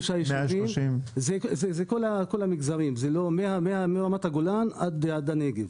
133 יישובים, של כל המגזרים, מרמת הגולן ועד הנגב.